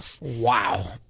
Wow